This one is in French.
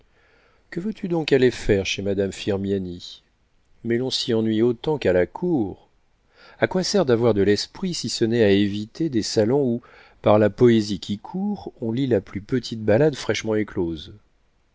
que veux-tu donc aller faire chez madame firmiani mais l'on s'y ennuie autant qu'à la cour a quoi sert d'avoir de l'esprit si ce n'est à éviter des salons où par la poésie qui court on lit la plus petite ballade fraîchement éclose